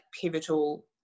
pivotal